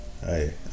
Hey